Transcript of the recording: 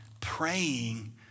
praying